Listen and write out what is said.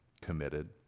committed